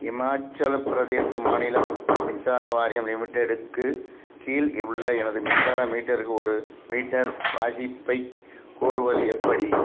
இமாச்சலப் பிரதேச மாநிலம் மின்சார வாரியம் லிமிடெடுக்கு கீழ் உள்ள எனது மின்சார மீட்டருக்கு ஒரு மீட்டர் வாசிப்பைக் கோருவது எப்படி